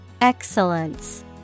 Excellence